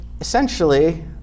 essentially